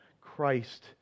Christ